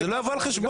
זה לא יבוא על חשבון.